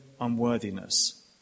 unworthiness